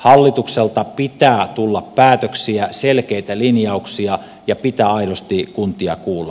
hallitukselta pitää tulla päätöksiä selkeitä linjauksia ja pitää aidosti kuntia kuulla